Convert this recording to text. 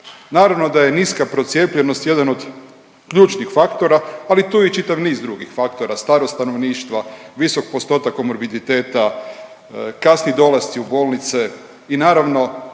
Naravno da je niska procijepljenost jedan od ključnih faktora, ali tu je i čitav niz drugih faktora, starost stanovništva, visok postotak komorbiditeta, kasni dolasci u bolnice i naravno,